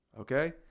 Okay